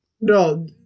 no